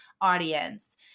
audience